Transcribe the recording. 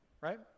right